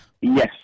Yes